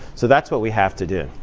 so that's what we have to do.